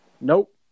nope